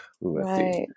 Right